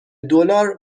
دلار